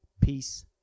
Peace